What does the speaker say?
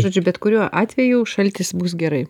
žodžiu bet kuriuo atveju šaltis bus gerai